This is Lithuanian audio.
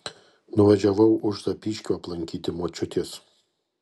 nuvažiavau už zapyškio aplankyti močiutės